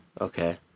Okay